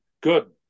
good